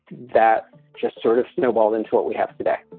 that's just sort of snowballed into what we have today